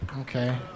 Okay